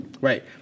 Right